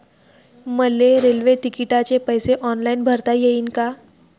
मले रेल्वे तिकिटाचे पैसे ऑनलाईन भरता येईन का?